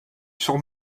sourd